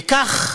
וכך